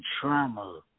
trauma